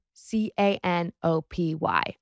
C-A-N-O-P-Y